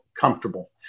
comfortable